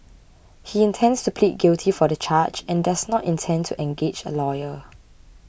he intends to plead guilty for the charge and does not intend to engage a lawyer